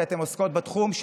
כי אתן עוסקות בתחום,